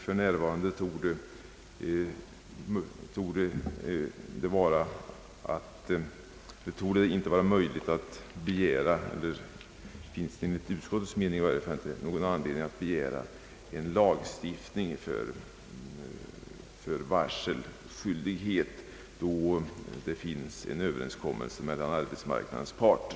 För närvarande finns det, i varje fall enligt utskottets mening, inte någon anledning att begära en lagstiftning för varselskyldighet då det finns en frivillig överenskommelse mellan arbetsmarknadens parter.